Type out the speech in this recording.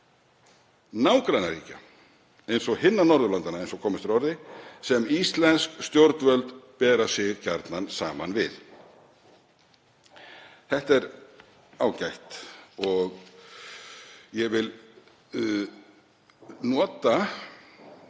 nágrannaríkja eins og hinna Norðurlandanna“ — eins og komist er að orði — „sem íslensk stjórnvöld bera sig gjarnan saman við.“ Þetta er ágætt og ég vil nota